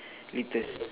litres